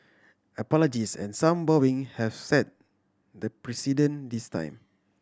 apologies and some bowing have set the precedent this time